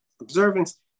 observance